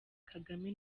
kagame